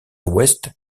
ouest